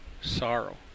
sorrow